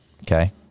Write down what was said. okay